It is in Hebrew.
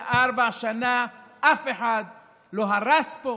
74 שנה אף אחד לא הרס פה